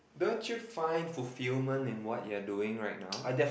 don't you find fulfilment in what you're doing right now